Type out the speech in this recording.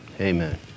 Amen